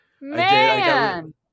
Man